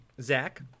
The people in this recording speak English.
zach